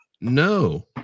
No